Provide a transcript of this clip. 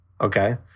Okay